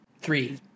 Three